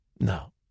No